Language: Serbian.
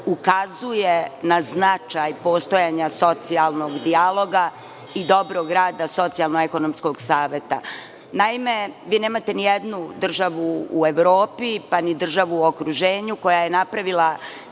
ukazuje na značaj postojanja socijalnog dijaloga i dobrog rada Socijalno-ekonomskog saveta. Naime, vi nemate nijednu državu u Evropi, pa ni državu u okruženju koja je napravila